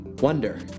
Wonder